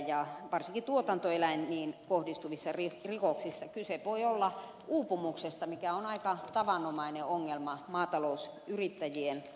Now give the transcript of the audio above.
varsinkin tuotantoeläimiin kohdistuvissa rikoksissa kyse voi olla uupumuksesta mikä on aika tavanomainen ongelma maatalousyrittäjien parissa